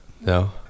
No